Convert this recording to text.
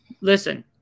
Listen